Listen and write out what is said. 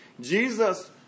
jesus